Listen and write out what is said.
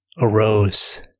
arose